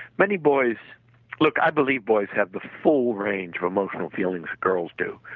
many boys look i believe boys have the full range of emotional feeling girls do.